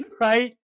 right